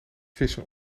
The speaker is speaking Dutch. vissen